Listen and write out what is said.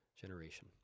generation